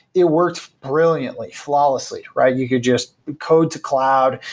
it worked brilliantly, flawlessly, right? you hear just code to cloud,